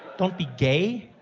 don't be gay?